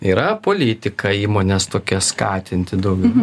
yra politika įmonės tokia skatinti daugiau